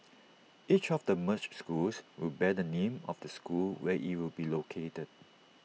each of the merged schools will bear the name of the school where IT will be located